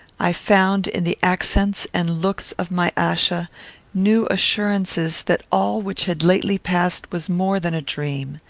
i found in the accents and looks of my achsa new assurances that all which had lately passed was more than a dream.